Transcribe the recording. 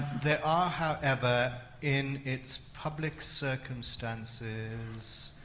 there are however in its public circumstances